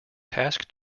task